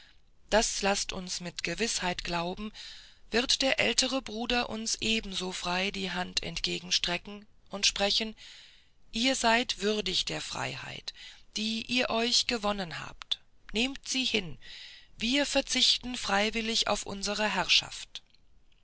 das laßt uns mit gewißheit glauben wird der ältere bruder uns ebenso frei die hand entgegenstrecken und sprechen ihr seid würdig der freiheit die ihr euch gewonnen habt nehmt sie hin wir verzichten freiwillig auf unsre herrschaft